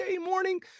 morning